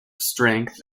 strength